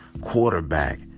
quarterback